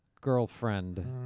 girlfriend